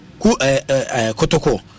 Kotoko